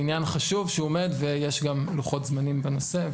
עניין חשוב שעומד ויש גם לוחות-זמנים בנושא.